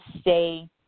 stay